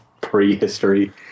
prehistory